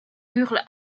hurle